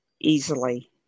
easily